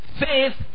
Faith